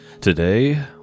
Today